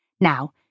Now